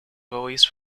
released